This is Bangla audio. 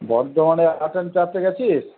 বর্ধমানের আর্ট অ্যান্ড ক্রাফটে গেছিস